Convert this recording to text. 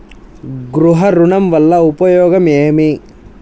గృహ ఋణం వల్ల ఉపయోగం ఏమి?